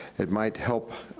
it might help